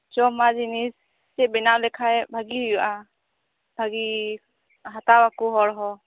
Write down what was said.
ᱡᱚᱢᱟᱜ ᱡᱤᱱᱤᱥ ᱪᱮᱫ ᱠᱚ ᱵᱮᱱᱟᱣ ᱞᱟᱠᱷᱟᱱ ᱵᱷᱟᱜᱮ ᱦᱳᱭᱳᱜᱼᱟ ᱵᱷᱟᱜᱮ ᱦᱟᱛᱟᱣᱟᱠᱚ ᱦᱚᱲ ᱦᱚᱸ